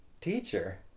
teacher